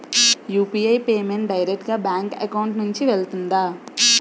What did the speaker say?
UPI payment direct గా bank account నుంచి వెళ్తుందా?